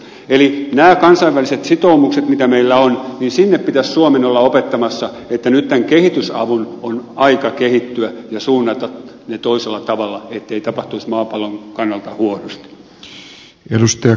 eli näihin kansainvälisiin sitoumuksiin mitä meillä on niihin pitäisi suomen olla opettamassa että nyt tämän kehitysavun on aika kehittyä ja se pitää suunnata toisella tavalla ettei tapahtuisi maapallon kannalta huonosti